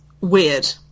weird